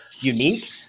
unique